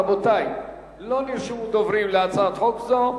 רבותי, לא נרשמו דוברים להצעת חוק זו.